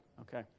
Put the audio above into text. Okay